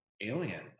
alien